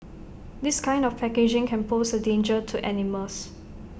this kind of packaging can pose A danger to animals